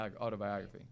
autobiography